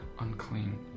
unclean